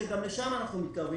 שגם לשם אנחנו מתקרבים,